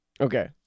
Okay